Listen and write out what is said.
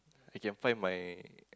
I can find my